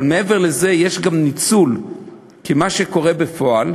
אבל מעבר לזה יש גם ניצול, כי מה שקורה בפועל,